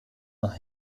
nach